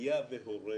היה והורה